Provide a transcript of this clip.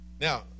Now